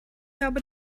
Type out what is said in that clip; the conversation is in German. habe